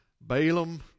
Balaam